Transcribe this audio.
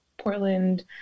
Portland